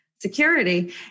security